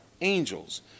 angels